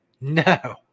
No